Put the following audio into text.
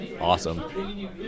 awesome